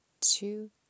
two